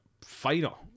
final